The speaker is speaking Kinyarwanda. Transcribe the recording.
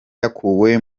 yakuwe